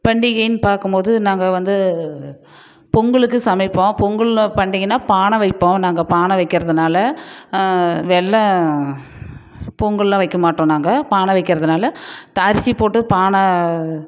பண்டிகைன்னு பார்க்கும் போது நாங்கள் வந்து பொங்கலுக்கு சமைப்போம் பொங்கலு பண்டிகைனா பானை வைப்போம் நாங்கள் பானை வக்கறதுனால வெல்லோம் பொங்கல்லாம் வெக்க மாட்டோம் நாங்கள் பானை வக்கறதுனால இந்த அரிசி போட்டு பானை